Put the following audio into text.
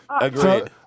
agreed